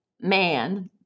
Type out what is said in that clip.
man